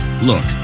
Look